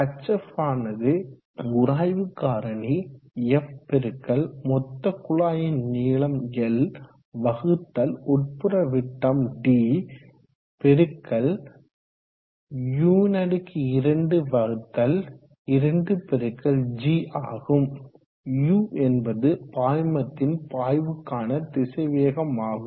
hf ஆனது உராய்வு காரணி f பெருக்கல் மொத்த குழாயின் நீளம் L வகுத்தல் உட்புற விட்டம் d பெருக்கல் u2 2g ஆகும் u என்பது பாய்மத்தின் பாய்வுக்கான திசைவேகம் ஆகும்